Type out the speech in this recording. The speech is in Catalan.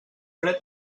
fred